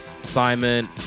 Simon